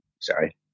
sorry